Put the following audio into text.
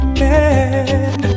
man